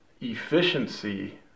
efficiency